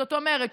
זאת אומרת,